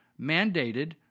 mandated